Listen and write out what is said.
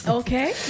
okay